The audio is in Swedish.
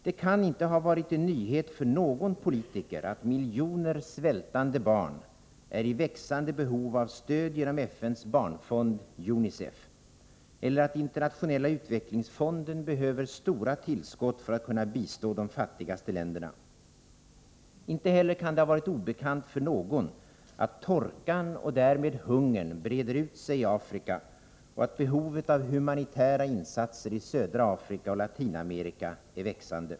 Det kan inte har varit en nyhet för någon politiker att miljoner svältande barn är i växande behov av stöd genom FN:s barnfond, UNICEF, eller att Internationella utvecklingsfonden behöver stora tillskott för att kunna bistå de fattigaste länderna. Inte heller kan det ha varit obekant för någon att torkan och därmed hungern breder ut sig i Afrika och att behovet av humanitära insatser i södra Afrika och Latinamerika är växande.